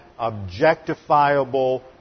objectifiable